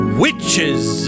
witches